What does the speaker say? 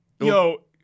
Yo